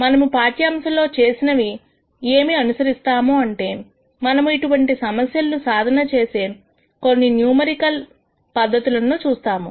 మనము ఈ పాఠ్యాంశంలో చేసినవి ఏమి అనుసరిస్తా ము అంటే మనము ఇటువంటి సమస్యలను సాధన చేసే కొన్ని న్యూమరికల్ పద్ధతుల ను చూస్తాము